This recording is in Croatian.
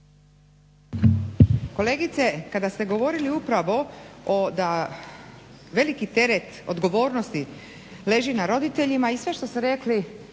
Kolegice kada ste govorili upravo da veliki teret odgovornosti leži na roditeljima i sve što ste rekli